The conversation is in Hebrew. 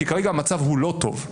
כי כרגע המצב הוא לא טוב.